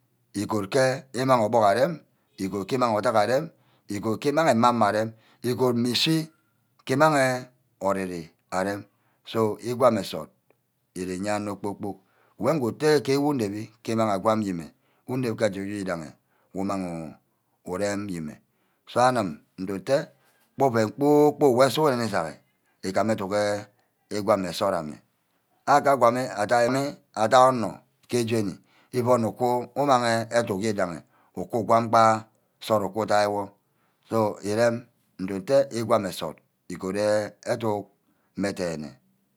Ígoat ke îmang obuck arem. ígoat ke imang adack arem. igoat ke imang mme ama arem. igoat mma ishi îmang ori-re arem so igwam nsort îre íye anor kpor-kpork. wor ngu utte wommeh unep-be ke umang agwam yene. unep ke educk wor idanghi urem ayíme. so anim ndo-atte gba oven kpor-kpork wor sughuren isaghi mme aduhe îgwam nsort ame. aka gwami adai nne adai onor ke jeni ugu onor uku. umang aduck ìdaghi uku gwam gba nsort uku dia wor so irem ndo-nte ngwam nsort ígoat educk mme denne